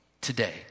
today